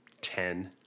ten